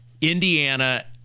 Indiana